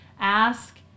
ask